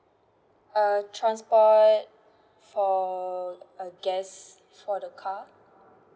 uh transport for uh gas for the car